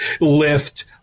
lift